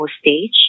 stage